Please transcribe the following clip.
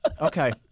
Okay